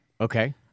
Okay